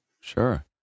sure